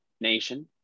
nation